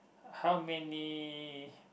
how many